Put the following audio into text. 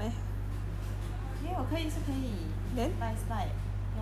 没有可以是可以 but it's like your laptop very slow